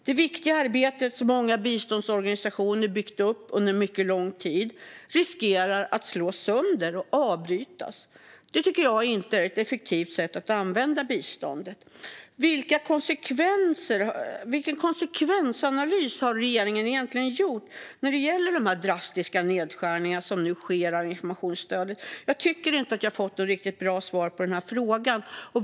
Det viktiga arbete som många biståndsorganisationer byggt upp under mycket lång tid riskerar att slås sönder och avbrytas. Det tycker jag inte är ett effektivt sätt att använda biståndet. Vilken konsekvensanalys har regeringen egentligen gjort av de drastiska nedskärningar av informationsstödet som nu sker? Jag tycker inte att jag fått något riktigt bra svar på frågan.